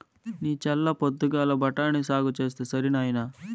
నీ చల్ల పొద్దుగాల బఠాని సాగు చేస్తే సరి నాయినా